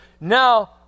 Now